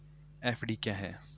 FD क्या है?